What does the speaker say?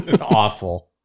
awful